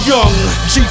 Young